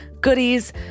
goodies